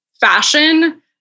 fashion